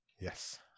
Yes